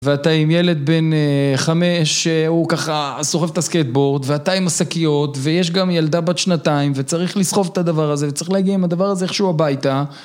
ואתה עם ילד בן חמש שהוא ככה סוחב את הסקטבורד, ואתה עם השקיות ויש גם ילדה בת שנתיים, וצריך לסחוב את הדבר הזה, וצריך להגיע עם הדבר הזה איכשהו הביתה